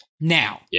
Now